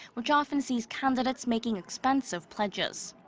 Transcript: which often sees candidates making expensive pledges.